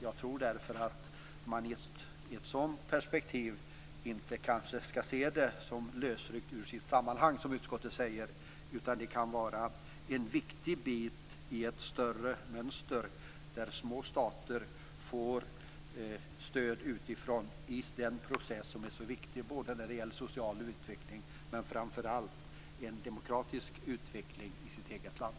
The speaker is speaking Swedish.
Jag tror därför att man i ett sådant perspektiv inte skall se det som lösryckt ur sitt sammanhang, som utskottet säger. Det kan vara en viktig bit i ett större mönster där små stater får stöd utifrån i den process som är så viktig när det gäller social och framför allt demokratisk utveckling.